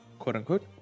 quote-unquote